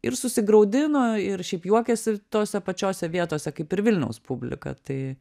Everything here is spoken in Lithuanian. ir susigraudino ir šiaip juokėsi tose pačiose vietose kaip ir vilniaus publika tai